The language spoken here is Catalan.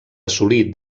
assolí